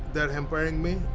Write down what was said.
they're hampering me,